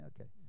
okay